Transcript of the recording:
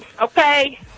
okay